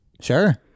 sure